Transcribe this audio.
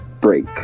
break